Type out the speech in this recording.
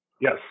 Yes